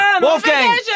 Wolfgang